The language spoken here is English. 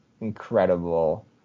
incredible